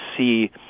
see